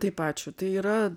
taip ačiū tai yra